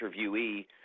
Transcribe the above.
interviewee